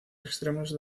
extremos